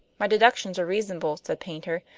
my deductions are reasonable, said paynter,